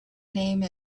name